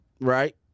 Right